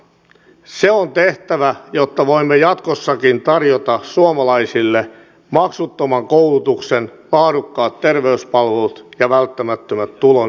se on tehtävä jotta voimme jatkossakin tarjota suomalaisille maksuttoman koulutuksen laadukkaat terveyspalvelut ja välttämättömät tulonsiirrot